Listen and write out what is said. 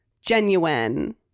genuine